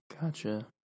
Gotcha